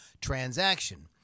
transaction